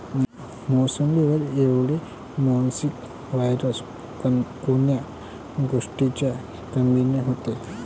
मोसंबीवर yellow mosaic virus कोन्या गोष्टीच्या कमीनं होते?